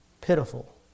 pitiful